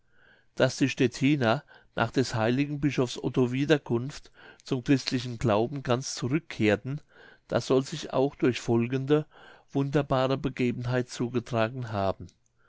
daß die stettiner nach des heiligen bischofs otto wiederkunft zum christlichen glauben ganz zurückkehrten das soll sich auch durch folgende wunderbare begebenheit zugetragen haben